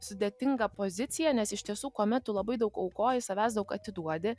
sudėtingą poziciją nes iš tiesų kuomet tu labai daug aukoji savęs daug atiduodi